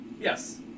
Yes